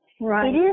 Right